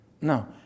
no